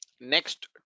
next